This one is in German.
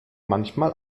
manchmal